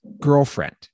girlfriend